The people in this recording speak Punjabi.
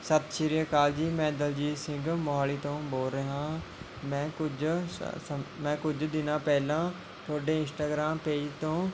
ਸਤਿ ਸ਼੍ਰੀ ਆਕਾਲ ਜੀ ਮੈਂ ਦਲਜੀਤ ਸਿੰਘ ਮੋਹਾਲੀ ਤੋਂ ਬੋਲ਼ ਰਿਹਾ ਹਾਂ ਮੈਂ ਕੁਝ ਮੈਂ ਕੁਝ ਦਿਨਾਂ ਪਹਿਲਾਂ ਤੁਹਾਡੇ ਇੰਸਟਾਗ੍ਰਾਮ ਪੇਜ ਤੋਂ